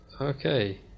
Okay